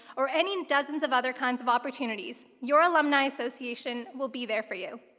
or any dozens of other kinds of opportunities, your alumni association will be there for you.